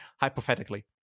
hypothetically